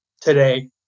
today